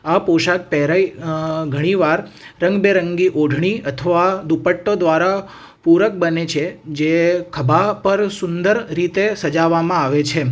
આ પોશાક પહેરાઈ ઘણીવાર રંગબેરંગી ઓઢણી અથવા દુપટ્ટો દ્વારા પૂરક બને છે જે ખભા પર સુંદર રીતે સજાવવામાં આવે છે